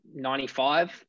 95